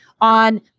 On